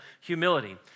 humility